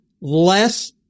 less